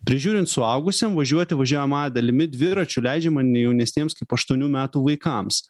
prižiūrint suaugusiem važiuoti važiuojamąja dalimi dviračiu leidžiama ne jaunesniems kaip aštuonių metų vaikams